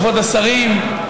כבוד השרים,